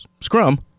scrum